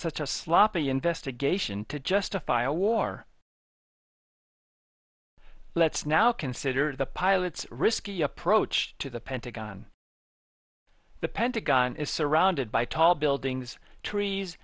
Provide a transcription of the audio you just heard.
such a sloppy investigation to justify a war let's now consider the pilot's risky approach to the pentagon the pentagon is surrounded by tall buildings trees